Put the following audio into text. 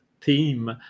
team